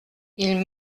ils